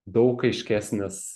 daug aiškesnis